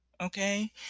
Okay